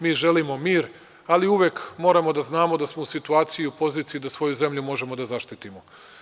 Mi želimo mir, ali uvek moramo da znamo da smo u situaciji u poziciji da svoju zemlju možemo da zaštitimo.